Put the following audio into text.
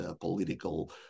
political